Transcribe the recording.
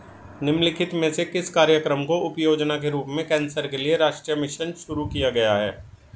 निम्नलिखित में से किस कार्यक्रम को उपयोजना के रूप में कैंसर के लिए राष्ट्रीय मिशन शुरू किया गया है?